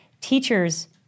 teachers